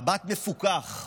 מבט מפוכח